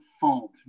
fault